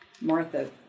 Martha